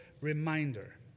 reminder